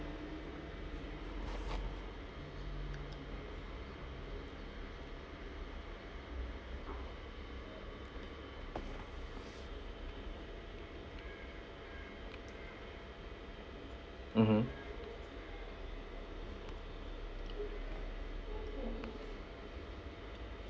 mmhmm